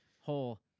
whole